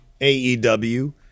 AEW